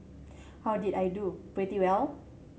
how did I do pretty well